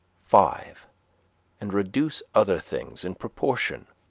five and reduce other things in proportion.